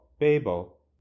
Babel